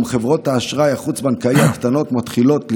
גם חברות האשראי החוץ-בנקאי הקטנות מתחילות לדאוג,